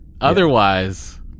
Otherwise